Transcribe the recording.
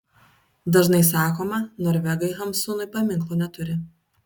dažnai sakoma norvegai hamsunui paminklo neturi